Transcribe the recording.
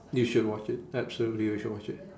you should watch it absolutely you should watch it